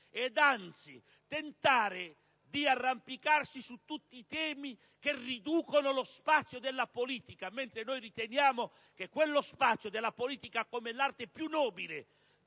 ed anzi tentare di arrampicarsi su tutti i temi che riducono lo spazio della politica, mentre noi riteniamo che quello spazio della politica, intesa come l'arte più nobile